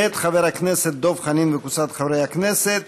מאת חבר הכנסת דב חנין וקבוצת חברי הכנסת.